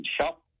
shop